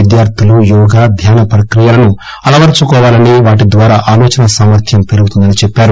విద్యార్థులు యోగ ధ్యాన ప్రక్రియలను అలవర్చుకోవాలని వాటి ద్వారా ఆలోచనా సామర్థం పెరుగుతుందని చెప్పారు